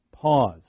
pause